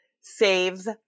saves